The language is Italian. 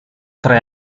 tre